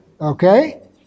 Okay